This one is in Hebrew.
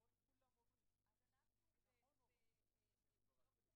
נשים שמשתמשות בסמים, הגניקולוג לא תמיד יודע.